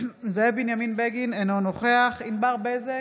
זאב בנימין בגין, אינו נוכח ענבר בזק,